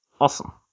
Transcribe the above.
Awesome